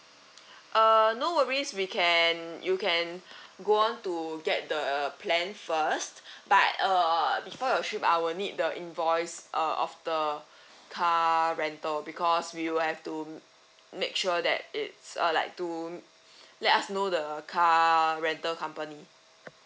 uh no worries we can you can go on to get the plan first but uh before your trip I'll need your invoice uh of the car rental because we will have to make sure that it's uh like to let us know the car rental company